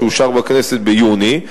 שאושר בכנסת ביוני 2009,